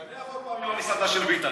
קנח עוד פעם עם המסעדה של ביטן,